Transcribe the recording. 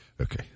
Okay